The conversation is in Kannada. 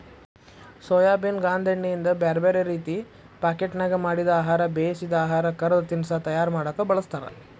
ಸೋಯಾಬೇನ್ ಗಾಂದೇಣ್ಣಿಯಿಂದ ಬ್ಯಾರ್ಬ್ಯಾರೇ ರೇತಿ ಪಾಕೇಟ್ನ್ಯಾಗ ಮಾಡಿದ ಆಹಾರ, ಬೇಯಿಸಿದ ಆಹಾರ, ಕರದ ತಿನಸಾ ತಯಾರ ಮಾಡಕ್ ಬಳಸ್ತಾರ